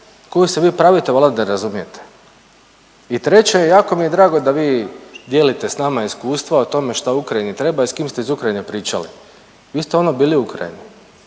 koju se vi pravite valjda da razumijete. I treće jako mi je drago da vi dijelite s nama iskustva o tome šta Ukrajini treba i s kim ste iz Ukrajine pričali. Vi ste ono bili u Ukrajini,